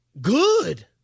good